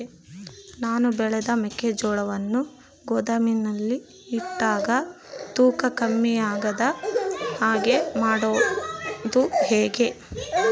ನಾನು ಬೆಳೆದ ಮೆಕ್ಕಿಜೋಳವನ್ನು ಗೋದಾಮಿನಲ್ಲಿ ಇಟ್ಟಾಗ ತೂಕ ಕಮ್ಮಿ ಆಗದ ಹಾಗೆ ಮಾಡೋದು ಹೇಗೆ?